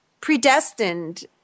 predestined